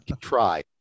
try